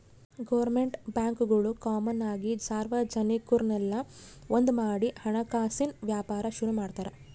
government ಬ್ಯಾಂಕ್ಗುಳು common ಆಗಿ ಸಾರ್ವಜನಿಕುರ್ನೆಲ್ಲ ಒಂದ್ಮಾಡಿ ಹಣಕಾಸಿನ್ ವ್ಯಾಪಾರ ಶುರು ಮಾಡ್ತಾರ